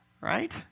right